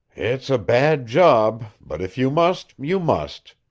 it's a bad job, but if you must, you must,